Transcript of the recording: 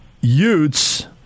Utes